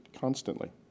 constantly